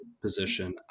position